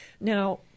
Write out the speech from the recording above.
Now –